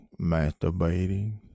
masturbating